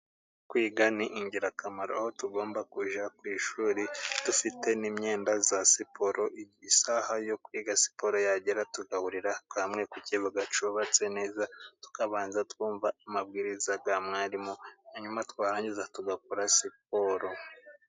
Kwiga ni ingirakamaro aho tugomba kujya ku ishuri dufite n'imyenda ya siporo isaha yo kwiga siporo yagera tugahurira hamwe ku kibuga cyubatse neza, tukabanza twumva amabwiriza ya mwarimu hanyuma twarangiza tugakora siporo.